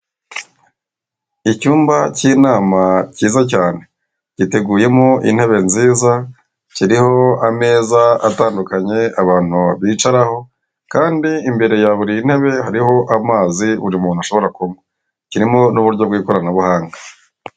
Icyumba k'inama kiza cyane giteguyemo intebe nziza, kiriho ameza atandukanye abantu bicaraho, kandi imbere ya buri ntebe hariho amazi buri muntu ashobora kunywa, kirimo n'uburyo bw'ikoranabuhanga.